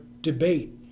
debate